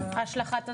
השלכת הזבל?